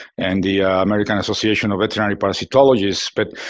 and the american association of veterinary parasitologists. but